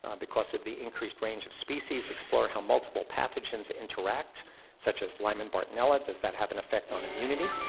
um because of the increased range of species explore how multiple pathogens interact such as lyme and bartonella. does that have an effect on immunity?